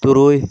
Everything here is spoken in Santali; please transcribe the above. ᱛᱩᱨᱩᱭ